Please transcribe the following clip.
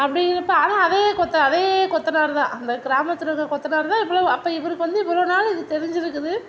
அப்படிங்கிறப்ப ஆனால் அதே கொத்தனார் அதே கொத்தனார்தான் அந்த கிராமத்தில் இருக்கிற கொத்தனார்தான் இவ்வளோ அப்போ இவருக்கு வந்து இவ்வளோ நாள் இது தெரிஞ்சிருக்குது